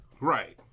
Right